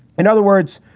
in other words,